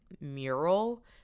mural